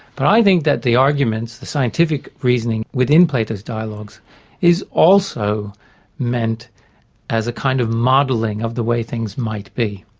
but i think that the arguments, the scientific reasoning within plato's dialogues is also meant as a kind of modelling of the way things might be.